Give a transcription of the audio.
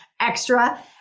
extra